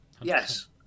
Yes